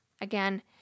Again